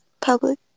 Public